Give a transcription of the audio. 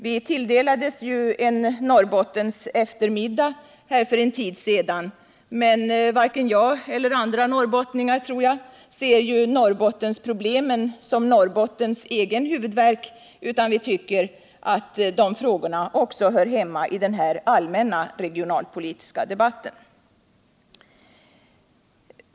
Vi tilldelades ju en Norrbottenseftermiddag här för en tid sedan, men varken jag eller andra norrbottningar, tror jag, ser Norrbottens problem som länets egen huvudvärk, utan vi tycker att de hör hemma i den här allmänna regionalpolitiska debatten.